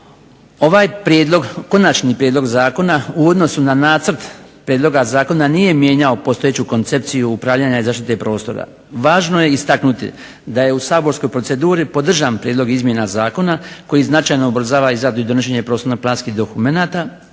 Ovaj konačni prijedlog zakona u odnosu na nacrt prijedloga zakona nije mijenjao postojeću koncepciju upravljanja i zaštite prostora. Važno je istaknuti da je u saborskoj proceduri podržan prijedlog izmjena zakona koji značajno ubrzava izradu i donošenje prostorno planskih dokumenata,